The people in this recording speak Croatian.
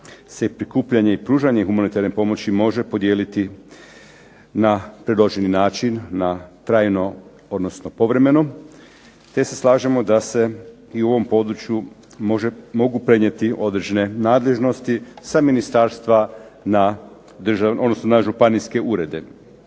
se i prikupljanje i pružanje humanitarne pomoći se može podijeliti na predloženi način na trajno, odnosno povremeno, te se slažemo da se i u ovom području mogu prenijeti određene nadležnosti sa ministarstva na županijske urede.